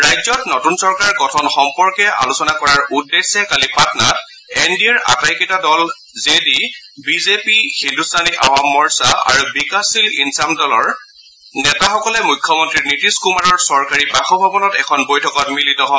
ৰাজ্যত নতুন চৰকাৰ গঠন সম্পৰ্কে আলোচনা কৰাৰ উদ্দেশ্যে কালি পাটনাত এন ডি এৰ আটাইকেইটা দল J D BJP Hindustani Awam Morcha আৰু বিকাশশীল ইন্চান দলৰ নেতাসকলে মুখ্যমন্তী নীতিশ কুমাৰৰ চৰকাৰী বাসভৱনত এখন বৈঠকত মিলিত হয়